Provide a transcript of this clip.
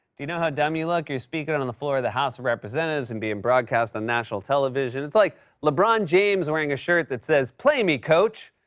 you know how dumb you look? you're speaking on on the floor of the house of representatives and being broadcast on national television. it's like lebron james wearing a shirt that says, play me, coach!